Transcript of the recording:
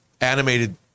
animated